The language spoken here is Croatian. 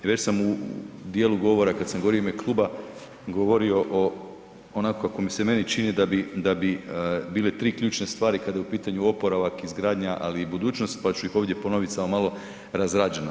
Već sam u dijelu govora kada sam govorio u ime kluba govorio o onako kako se meni čini da bi bile tri ključne stvari kada je u pitanju oporavak, izgradnja, ali i budućnost pa ću ih ovdje ponoviti samo malo razrađeno.